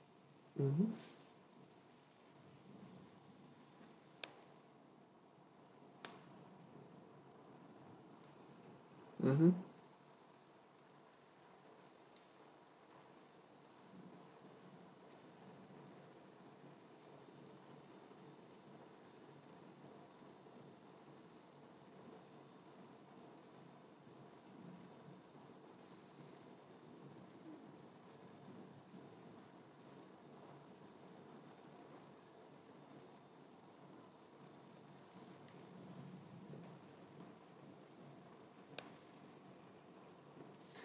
mmhmm mmhmm